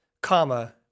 comma